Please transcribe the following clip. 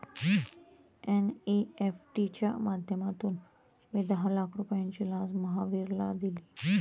NEFT च्या माध्यमातून मी दहा लाख रुपयांची लाच महावीरला दिली